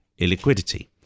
illiquidity